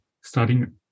starting